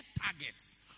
targets